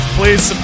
please